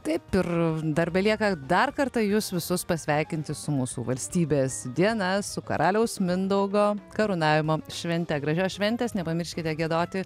taip ir dar belieka dar kartą jus visus pasveikinti su mūsų valstybės diena su karaliaus mindaugo karūnavimo švente gražios šventės nepamirškite giedoti